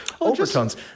overtones